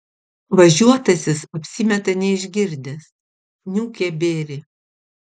važiuotasis apsimeta neišgirdęs niūkia bėrį